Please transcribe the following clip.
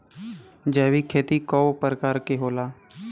जैविक खेती कव प्रकार के होला?